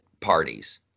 parties